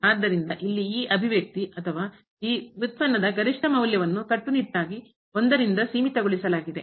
ಆದ್ದರಿಂದ ಇಲ್ಲಿ ಈ ಅಭಿವ್ಯಕ್ತಿ ಅಥವಾ ಈ ಉತ್ಪನ್ನದ ಗರಿಷ್ಠ ಮೌಲ್ಯವನ್ನು ಕಟ್ಟುನಿಟ್ಟಾಗಿ ರಿಂದ ಸೀಮಿತಗೊಳಿಸಲಾಗಿದೆ